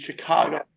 Chicago